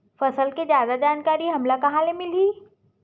फसल के जादा जानकारी हमला कहां ले मिलही?